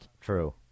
True